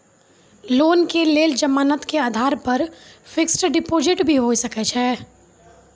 Loan के लेल जमानत के आधार पर फिक्स्ड डिपोजिट भी होय सके छै?